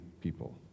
people